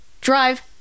Drive